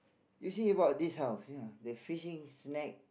you see about this house you know the fishing snack